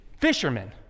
Fishermen